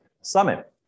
Summit